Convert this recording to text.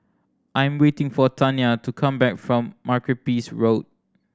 I am waiting for Tania to come back from Makepeace Road